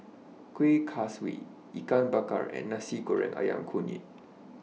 Kuih Kaswi Ikan Bakar and Nasi Goreng Ayam Kunyit